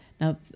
Now